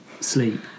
sleep